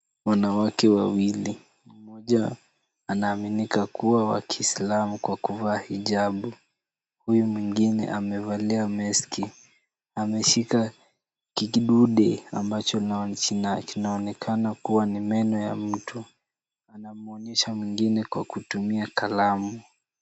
Wanawake wawili mmoja anaaminika kuwa wa kiislamu kwa kuvaa hijabu. Huyu mwingine amevalia meski .Ameshika kidude ambacho kinaonekana kuwa ni meno ya mtu. Anamwonyesha mwingine kwa kutumia kalamu.